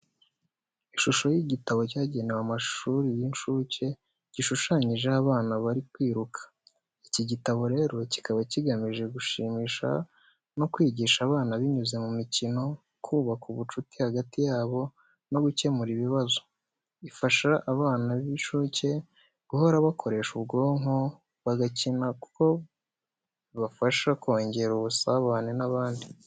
Ishusho y’igitabo cyagenewe amashuri y'incuke, gishushanyijeho abana bari kwiruka. Iki igitabo rero kikaba kigamije gushimisha no kwigisha abana binyuze mu mikino, kubaka ubucuti hagati yabo, no gukemura ibibazo. Ifasha abana b'incuke guhora bakoresha ubwonko, bagakina kuko bibafasha kongera ubusabane n'abandi.